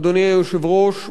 אדוני היושב-ראש,